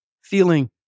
feeling